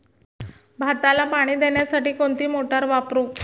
भाताला पाणी देण्यासाठी कोणती मोटार वापरू?